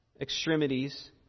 extremities